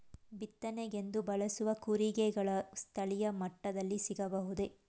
ಬಿತ್ತನೆಗೆಂದು ಬಳಸುವ ಕೂರಿಗೆಗಳು ಸ್ಥಳೀಯ ಮಟ್ಟದಲ್ಲಿ ಸಿಗಬಹುದೇ?